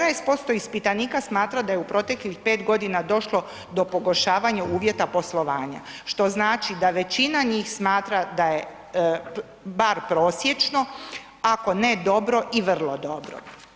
14% ispitanika smatra da je proteklih 5 godina došlo do pogoršavanja uvjeta poslovanja, što znači da većina njih smatra da je bar prosječno, ako ne dobro i vrlo dobro.